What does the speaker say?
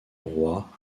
roi